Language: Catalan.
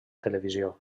televisió